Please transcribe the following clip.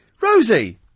Rosie